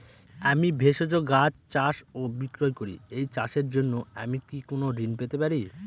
আমি ভেষজ গাছ চাষ ও বিক্রয় করি এই চাষের জন্য আমি কি কোন ঋণ পেতে পারি?